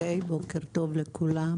אוקיי, בוקר טוב לכולם.